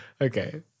okay